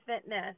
fitness